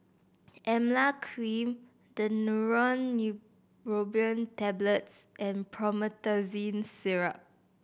Emla Cream Daneuron Neurobion Tablets and Promethazine Syrup